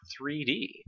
3D